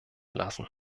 lassen